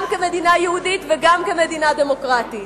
כמדינה יהודית וגם כמדינה דמוקרטית.